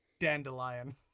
Dandelion